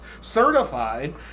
Certified